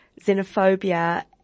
xenophobia